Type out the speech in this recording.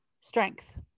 strength